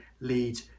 lead